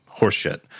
horseshit